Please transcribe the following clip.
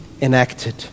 enacted